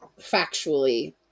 factually